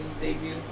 debut